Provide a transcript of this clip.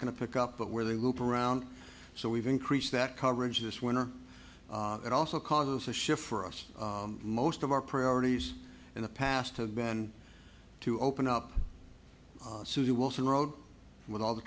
going to pick up but where they loop around so we've increased that coverage this winter it also causes a shift for us most of our priorities in the past have been to open up suzy wilson road with all the